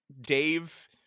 Dave